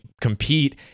compete